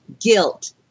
guilt